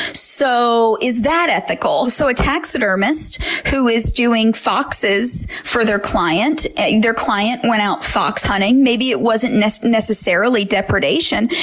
ah so is that ethical? so a taxidermist who is doing foxes for their client, their client went out fox hunting, maybe it wasn't necessarily depredation,